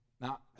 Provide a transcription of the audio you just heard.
now